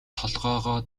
толгойгоо